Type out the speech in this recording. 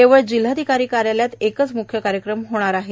केवळ जिल्हाधिकारी कार्यालयात एकच म्ख्य कार्यक्रम होणार आहे